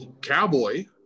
Cowboy